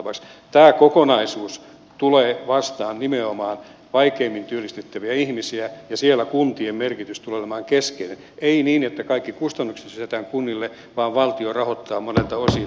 tämä kokonaisuus tulee vastaan nimenomaan vaikeimmin työllistettäviä ihmisiä ja siellä kuntien merkitys tulee olemaan keskeinen ei niin että kaikki kustannukset sysätään kunnille vaan valtio rahoittaa monelta osin näitä toimenpiteitä